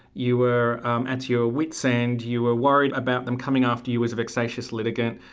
you were um at your wit's end, you were worried about them coming after you as a vexatious litigant,